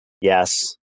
yes